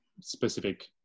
specific